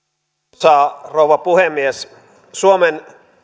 arvoisa rouva puhemies suomen